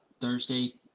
Thursday